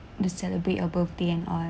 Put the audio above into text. to celebrate your birthday and all